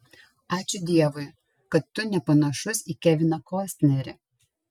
ačiū dievui kad tu nepanašus į keviną kostnerį